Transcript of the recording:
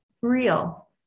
real